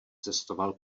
cestoval